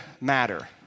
matter